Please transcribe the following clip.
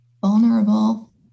vulnerable